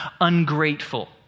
ungrateful